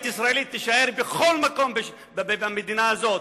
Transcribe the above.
ישראלית תישאר בכל מקום במדינה הזאת,